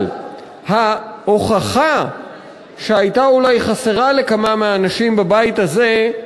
אבל ההוכחה שהייתה אולי חסרה לכמה מהאנשים בבית הזה,